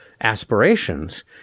aspirations